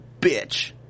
bitch